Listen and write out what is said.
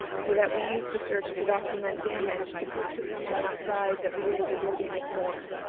so that we use research to document damage to prove to someone outside that we are deserving of more,